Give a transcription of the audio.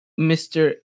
Mr